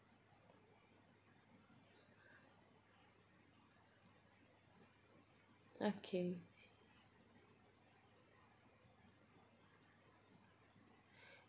okay